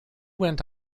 went